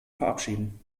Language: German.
verabschieden